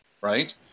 right